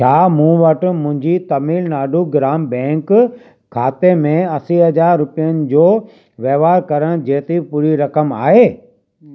छा मूं वटि मुंहिंजी तमिलनाडु ग्राम बैंक खाते में असी हज़ार रुपियनि जो वहिंवार करण जेतिरी पूरी रक़म आहे